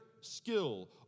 skill